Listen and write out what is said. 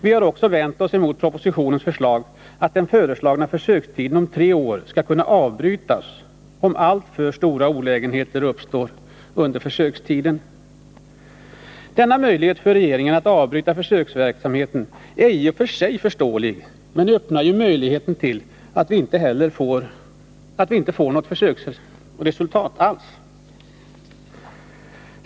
Vi har också vänt oss emot propositionens förslag att försökstiden om tre år skall kunna avbrytas om alltför stora olägenheter uppstår. Detta önskemål hos regeringen att kunna avbryta försöksverksamheten är i och för sig förståeligt men öppnar ju möjligheten till att vi inte får något försöksresultat alls.